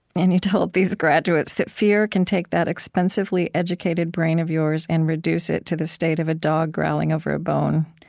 and you told these graduates that fear can take that expensively educated brain of yours and reduce it to the state of a dog growling over a bone.